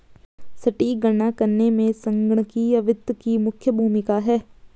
सटीक गणना करने में संगणकीय वित्त की मुख्य भूमिका है